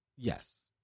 Yes